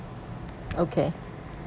okay